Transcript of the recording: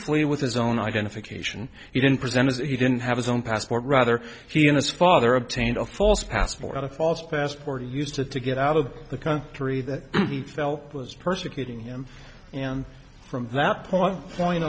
flee with his own identification he didn't present as he didn't have his own passport rather he and his father obtained a false passport a false passport he used that to get out of the country that he felt was persecuting him and from that point